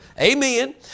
Amen